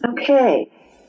Okay